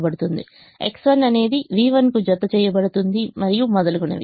X1 అనేది v1 కు జత చేయబడుతుంది మరియు మొదలగునవి